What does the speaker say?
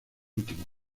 últimos